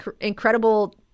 incredible